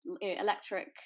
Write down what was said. electric